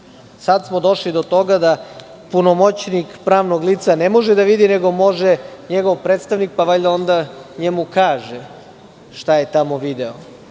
Sad smo došli do toga da punomoćnik pravnog lica ne može da vidi, nego može njegov predstavnik, pa valjda onda njemu kaže šta je tamo video.